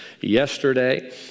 yesterday